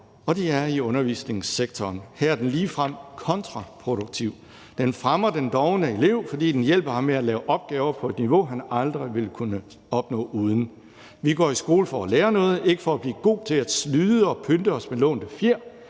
og det er i undervisningssektoren. Her er den ligefrem kontraproduktiv. Den fremmer den dovne elev, fordi den hjælper ham med at lave opgaver på et niveau, han aldrig ville kunne opnå uden. Vi går i skole for at lære noget og ikke for at blive gode til at snyde og pynte os med lånte fjer.